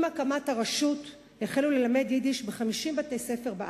עם הקמת הרשות החלו ללמד יידיש ב-50 בתי-ספר בארץ.